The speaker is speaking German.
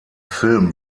film